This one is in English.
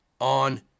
on